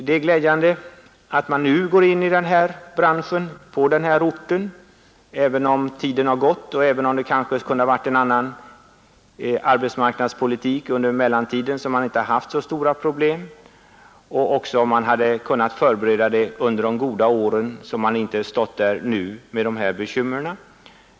Det är glädjande att man nu går in i branschen på den här orten, även om tiden har gått. Det borde ha bedrivits en annan arbetsmarknadspolitik under mellantiden, och under de goda åren borde förberedelser ha gjorts; då hade man inte behövt ha så stora problem och bekymmer nu.